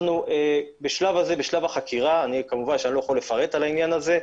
אנחנו בשלב החקירה וכמובן שאני לא יכול לפרט בעניין הזה.